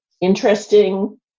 interesting